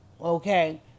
okay